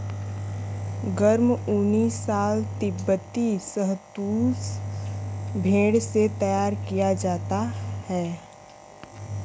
गर्म ऊनी शॉल तिब्बती शहतूश भेड़ से तैयार किया जाता है